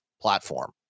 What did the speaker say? platform